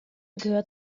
gehört